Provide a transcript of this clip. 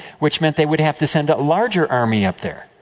which meant they would have to send a larger army up there.